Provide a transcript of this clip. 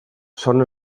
són